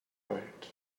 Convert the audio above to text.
right